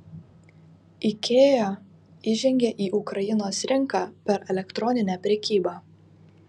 ikea įžengė į ukrainos rinką per elektroninę prekybą